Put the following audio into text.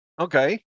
okay